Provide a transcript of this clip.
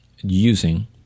using